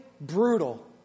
brutal